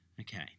Okay